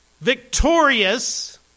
victorious